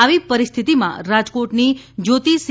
આવી પરિસ્થિતીમાં રાજકોટની જ્યોતિ સી